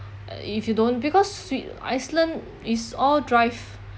uh if you don't because swe~ iceland is all drive